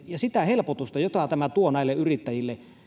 ja sitä helpotusta jota tämä tuo näille yrittäjille